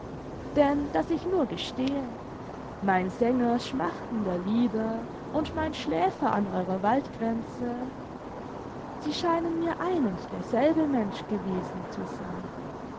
denn daß ich nur gestehe mein sänger schmachtender lieder und mein schläfer an eurer waldgrenze sie scheinen mir ein und derselbe mensch gewesen zu sein